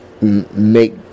make